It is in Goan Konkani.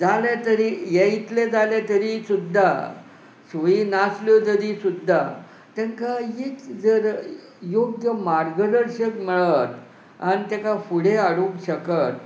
जालें तरी हे इतलें जालें तरी सुद्दां सोयी नासल्यो तरी सुद्दां तांकां एक जर योग्य मार्गदर्शक मेळत आनी ताका फुडें हाडूंक शकत